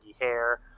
hair